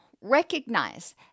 recognize